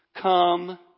Come